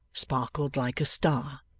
sparkled like a star.